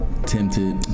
Tempted